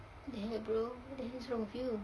what the hell bro what the hell is wrong with you